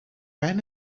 ran